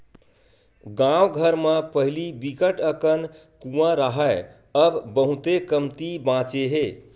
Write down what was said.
गाँव घर म पहिली बिकट अकन कुँआ राहय अब बहुते कमती बाचे हे